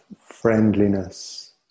friendliness